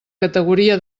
categoria